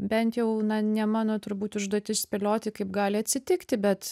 bent jau na ne mano turbūt užduotis spėlioti kaip gali atsitikti bet